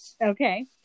Okay